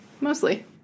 mostly